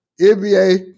NBA